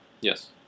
Yes